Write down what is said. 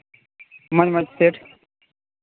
ᱢᱚᱡᱽ ᱢᱚᱡᱽ ᱥᱮᱴ